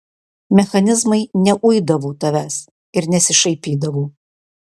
mechanizmai neuidavo tavęs ir nesišaipydavo